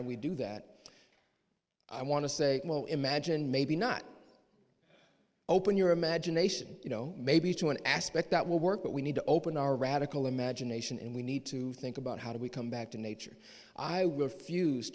do we do that i want to say well imagine maybe not open your imagination you know maybe to an aspect that will work but we need to open our radical imagination and we need to think about how do we come back to nature i